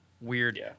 Weird